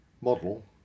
model